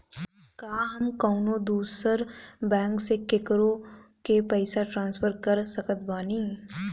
का हम कउनों दूसर बैंक से केकरों के पइसा ट्रांसफर कर सकत बानी?